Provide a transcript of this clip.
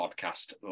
podcast